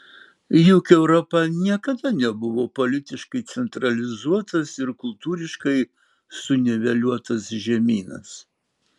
juk europa niekada nebuvo politiškai centralizuotas ir kultūriškai suniveliuotas žemynas